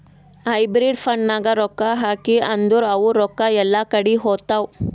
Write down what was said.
hybrid ಫಂಡ್ನಾಗ್ ರೊಕ್ಕಾ ಹಾಕಿ ಅಂದುರ್ ಅವು ರೊಕ್ಕಾ ಎಲ್ಲಾ ಕಡಿ ಹೋತ್ತಾವ್